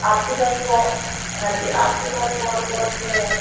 आपके पास को हाँ जी आपके पास कौन कौन से है